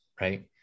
right